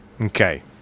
okay